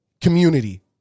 community